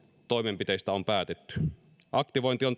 toimenpiteistä on päätetty aktivointi on